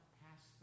past